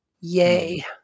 Yay